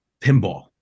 Pinball